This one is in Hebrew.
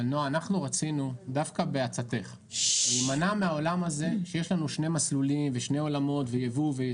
רצינו להימנע משני מסלולים, משני עולמות.